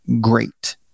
great